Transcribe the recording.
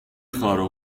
خارق